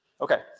Okay